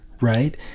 right